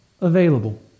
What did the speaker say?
available